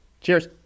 Cheers